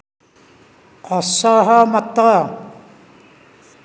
ଅସହମତ